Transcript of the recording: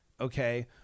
okay